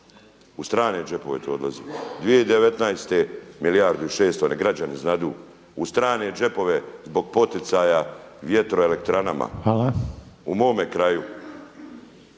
u strane džepove to odlazi, 2019. milijardu i 600 jer građani znaju u strane džepove zbog poticaja vjetroelektranama u mome kraju.